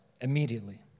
immediately